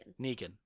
Negan